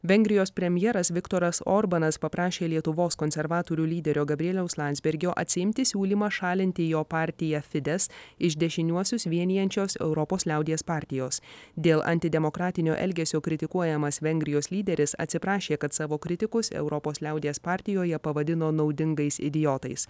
vengrijos premjeras viktoras orbanas paprašė lietuvos konservatorių lyderio gabrieliaus landsbergio atsiimti siūlymą šalinti jo partiją fides iš dešiniuosius vienijančios europos liaudies partijos dėl antidemokratinio elgesio kritikuojamas vengrijos lyderis atsiprašė kad savo kritikus europos liaudies partijoje pavadino naudingais idiotais